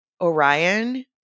Orion